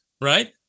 right